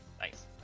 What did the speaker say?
Nice